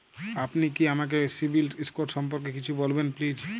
আপনি কি আমাকে সিবিল স্কোর সম্পর্কে কিছু বলবেন প্লিজ?